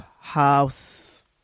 House